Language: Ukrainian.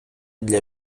для